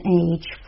age